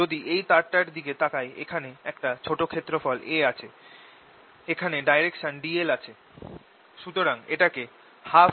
যদি এই তারটার দিকে তাকাই এখানে একটা ছোট ক্ষেত্রফল A আছে এখানে ডাইরেকসন dl আছে